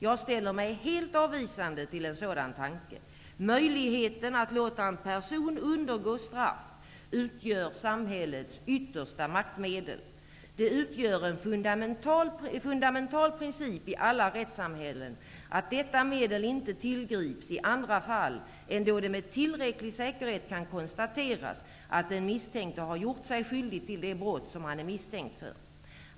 Jag ställer mig helt avvisande till en sådan tanke. Möjligheten att låta en person undergå straff utgör samhällets yttersta maktmedel. Det utgör en fundamental princip i alla rättssamhällen att detta medel inte tillgrips i andra fall än då det med tillräcklig säkerhet kan konstateras att den misstänkte har gjort sig skyldig till det brott som han är misstänkt för.